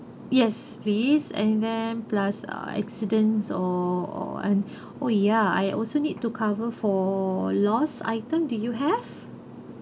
yes please and then plus uh accidents or I'm oh ya I also need to cover for lost item do you have